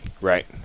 right